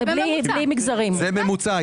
זה ממוצע.